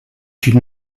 une